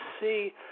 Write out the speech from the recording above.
see